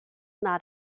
not